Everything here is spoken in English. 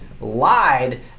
lied